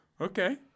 Okay